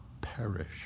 perish